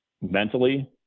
mentally